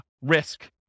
risk